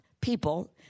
people